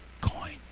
coin